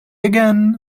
again